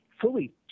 fully